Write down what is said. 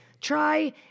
Try